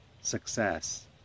success